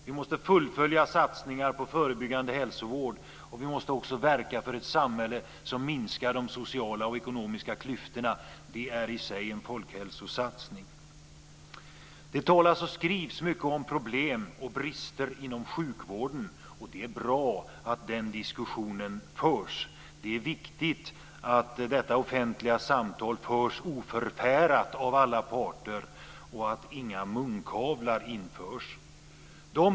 Vi måste fullfölja satsningar på förebyggande hälsovård, och vi måste också verka för ett samhälle som minskar de sociala och ekonomiska klyftorna. Det är i sig en folkhälsosatsning. Det talas och skrivs mycket om problem och brister inom sjukvården, och det är bra att den diskussionen förs. Det är viktigt att detta offentliga samtal förs oförfärat av alla parter och att inga munkavlar införs.